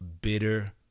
bitter